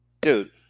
Dude